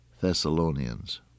Thessalonians